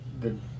Good